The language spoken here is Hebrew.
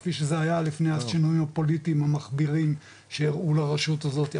כפי שזה היה לפני השינויים הפוליטיים המכבירים שאירעו לרשות הזאתי,